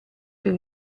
per